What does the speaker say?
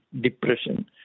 depression